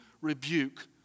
rebuke